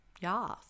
Yes